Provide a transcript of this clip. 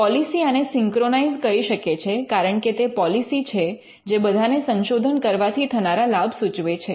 policy આને synchronise કરી શકે છે કારણ કે તે પૉલીસી છે જે બધાને સંશોધન કરવાથી થનારા લાભ સૂચવે છે